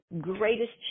greatest